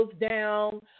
down